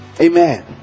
Amen